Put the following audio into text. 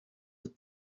with